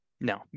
no